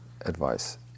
advice